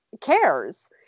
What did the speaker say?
cares